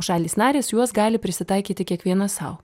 šalys narės juos gali prisitaikyti kiekviena sau